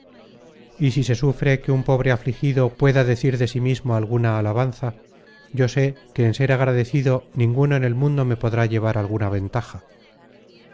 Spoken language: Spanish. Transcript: y si se sufre que un pobre afligido pueda decir de sí mismo alguna alabanza yo sé que en ser agradecido ninguno en el mundo me podrá llevar alguna ventaja